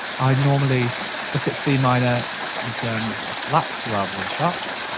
i normally look at c minor in terms of flats rather than sharps.